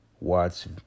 watch